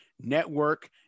Network